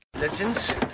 Legends